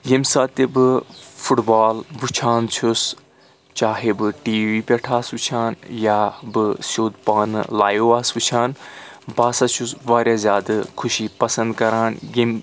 ییٚمہِ ساتہٕ تہِ بہٕ فٹ بال وٕچھان چھُس چاہے بہٕ ٹی وی پؠٹھ آسہٕ وٕچھان یا بہٕ سیود پانہٕ لایِو آسہٕ وٕچھان بہٕ ہسا چھُس واریاہ زیادٕ خوشی پسنٛد کران ییٚمہِ